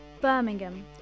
Birmingham